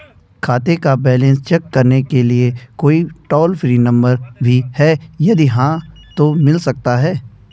खाते का balance check करने के लिए कोई टॉल फ्री नम्बर भी है यदि हाँ तो मिल सकता है?